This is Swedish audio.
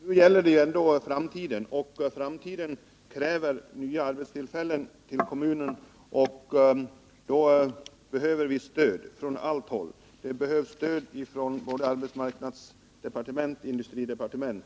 Herr talman! Nu gäller det ändå framtiden, och för framtiden krävs nya arbetstillfällen till kommunen. För det behöver vi stöd från alla håll, både från arbetsmarknadsdepartementet och industridepartementet.